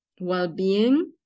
well-being